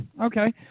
Okay